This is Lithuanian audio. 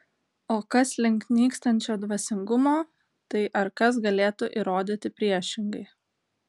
o kas link nykstančio dvasingumo tai ar kas galėtų įrodyti priešingai